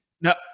No